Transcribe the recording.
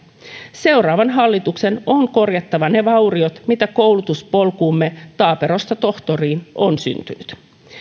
seuraavan hallituksen on korjattava ne vauriot mitä koulutuspolkuumme taaperosta tohtoriin on syntynyt